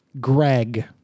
Greg